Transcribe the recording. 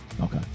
Okay